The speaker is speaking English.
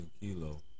kilo